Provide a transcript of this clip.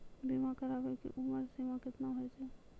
बीमा कराबै के उमर सीमा केतना होय छै?